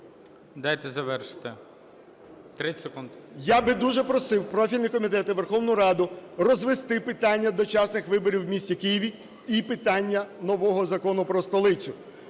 Я би дуже просив профільний комітет і Верховну Раду розвести питання дочасних виборів в місті Києві і питання нового Закону про столицю.